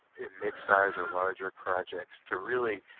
mid-size or larger projects, to really